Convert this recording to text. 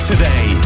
Today